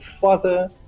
father